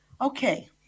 Okay